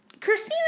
Christina